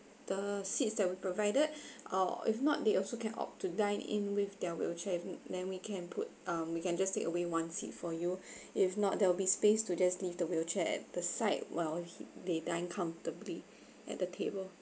the seats that we provided or if not they also can opt to dine in with their wheelchair hmm then we can put um we can just take away one seat for you if not there will be space to just leave the wheelchair at the side while he they dine comfortably at the table